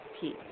peace